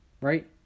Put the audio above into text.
right